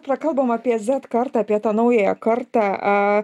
prakalbom apie zet kartą apie tą naująją kartą